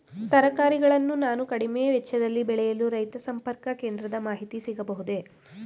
ತರಕಾರಿಗಳನ್ನು ನಾನು ಕಡಿಮೆ ವೆಚ್ಚದಲ್ಲಿ ಬೆಳೆಯಲು ರೈತ ಸಂಪರ್ಕ ಕೇಂದ್ರದ ಮಾಹಿತಿ ಸಿಗಬಹುದೇ?